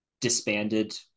disbanded